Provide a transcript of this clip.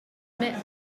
omit